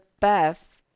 path